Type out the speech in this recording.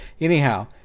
anyhow